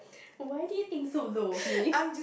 why do you think so low of me